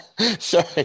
Sorry